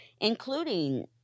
including